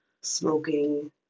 smoking